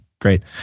Great